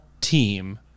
team